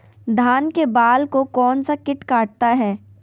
धान के बाल को कौन सा किट काटता है?